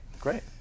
great